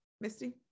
Misty